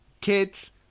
Kids